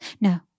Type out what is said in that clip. No